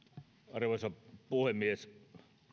arvoisa puhemies